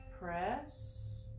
Press